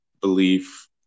belief